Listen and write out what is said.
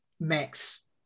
Max